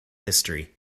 history